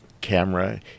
camera